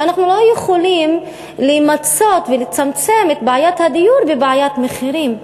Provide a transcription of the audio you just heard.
שאנחנו לא יכולים למצות ולצמצם את בעיית הדיור בבעיית מחירים.